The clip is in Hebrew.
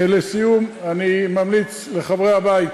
לסיום, אני ממליץ לחברי הבית